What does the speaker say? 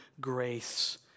grace